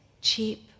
cheap